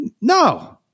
No